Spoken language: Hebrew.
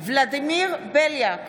ולדימיר בליאק,